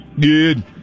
Good